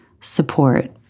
support